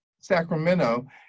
Sacramento